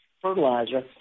fertilizer